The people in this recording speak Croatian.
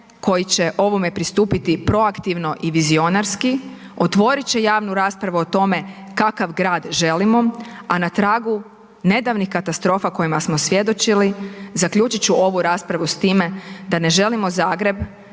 koji će ovome pristupiti proaktivno i vizionarski, otvorit će javnu raspravu o tome kakav grad želimo, a na tragu nedavnih katastrofa kojima smo svjedočili zaključit ću ovu raspravu s time da ne želimo Zagreb